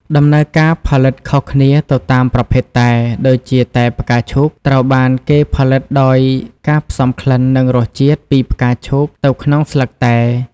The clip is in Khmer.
ដំណើរការផលិតខុសគ្នាទៅតាមប្រភេទតែ ដូចជា តែផ្កាឈូក ត្រូវបានគេផលិតដោយការផ្សំក្លិននិងរសជាតិពីផ្កាឈូកទៅក្នុងស្លឹកតែ។